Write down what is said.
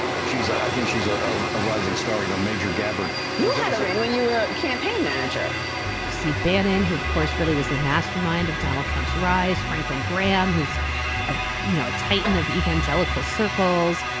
look she's i think she's ah ah a rising star you know major gabbert. you yeah know and when you were campaign manager steve bannon who of course really was the mastermind of donald trump's rise franklin graham who's a you know a titan of evangelical circles.